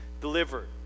delivered